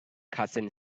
carson